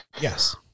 Yes